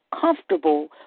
comfortable